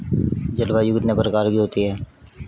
जलवायु कितने प्रकार की होती हैं?